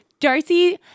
Darcy